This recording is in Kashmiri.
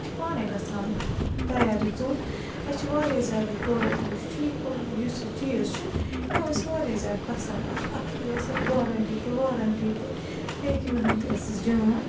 یہِ چھِ پانَے گژھان تیار یہِ ژۄٹ أسۍ چھِ واریاہ زیادٕ یہِ پرٛوڈَکٹ یُس چھُ یہِ کوٚر یُس یہِ چیٖز چھِ یہِ آو اَسہِ واریاہ زیادٕ پَسَنٛد اَتھ اَکھتُے ٲس اَتھ گارَنٹی تہِ وارَنٹی تہِ پیکِنٛگ ہَن تہِ ٲسٕس جان